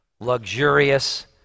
luxurious